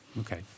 Okay